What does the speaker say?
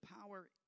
power